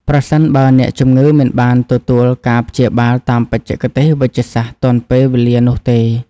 ប្រសិនបើអ្នកជំងឺមិនបានទទួលការព្យាបាលតាមបច្ចេកទេសវេជ្ជសាស្ត្រទាន់ពេលវេលានោះទេ។